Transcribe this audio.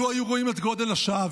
לו היו רואים את גודל השעה,